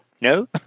No